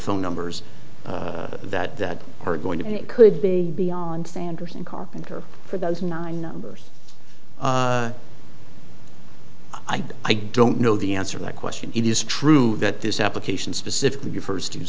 phone numbers that that are going to be it could be beyond sanderson carpenter for those nine numbers i don't know the answer that question it is true that this application specifically refers to